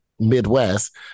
midwest